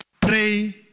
pray